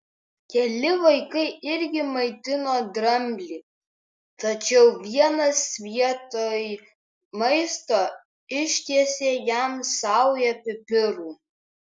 keli vaikai irgi maitino dramblį tačiau vienas vietoj maisto ištiesė jam saują pipirų